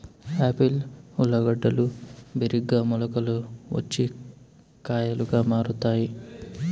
Apple ఊర్లగడ్డలు బిరిగ్గా మొలకలు వచ్చి కాయలుగా ఊరుతాయి